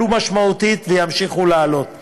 עלו משמעותית וימשיכו לעלות,